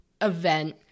event